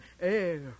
air